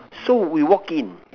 so we walk in